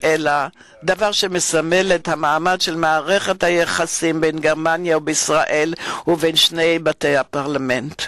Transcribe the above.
אלא את המעמד של מערכת היחסים בין גרמניה לישראל ובין שני בתי הפרלמנט.